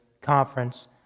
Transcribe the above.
conference